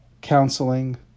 counseling